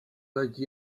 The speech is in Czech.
letí